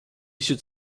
should